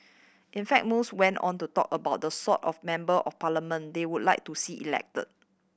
in fact most went on to talk about the sort of Member of Parliament they would like to see elected